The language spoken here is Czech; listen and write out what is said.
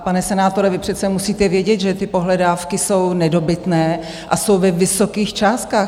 Pane senátore, vy přece musíte vědět, že ty pohledávky jsou nedobytné a jsou často ve vysokých částkách.